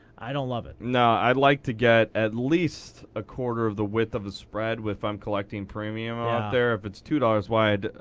i don't love it. no. i'd like to get at least a quarter of the width of the spread if i'm collecting premium out there. if it's two dollars wide,